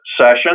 session